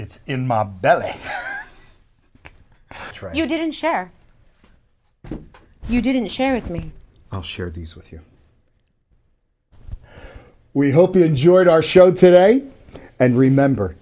it's in my belly you didn't share you didn't share with me i'll share these with you we hope you enjoyed our show today and remember